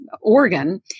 organ